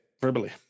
Verbally